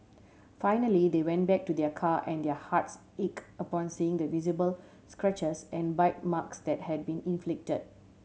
finally they went back to their car and their hearts ached upon seeing the visible scratches and bite marks that had been inflicted